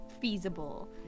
feasible